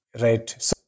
right